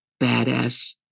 badass